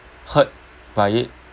hurt by it